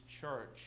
church